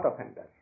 offenders